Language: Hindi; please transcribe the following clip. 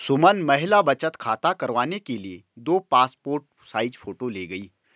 सुमन महिला बचत खाता करवाने के लिए दो पासपोर्ट साइज फोटो ले गई